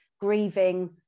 grieving